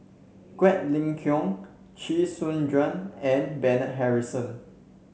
Quek Ling Kiong Chee Soon Juan and Bernard Harrison